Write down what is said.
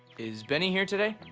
is bennie here today?